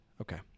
Okay